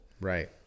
Right